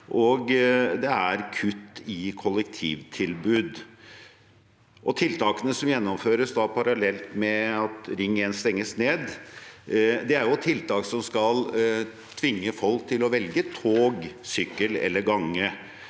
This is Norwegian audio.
det er kutt i kollektivtilbud. Tiltakene som gjennomføres parallelt med at Ring 1 stenges ned, er tiltak som skal tvinge folk til å velge tog, sykkel eller gange,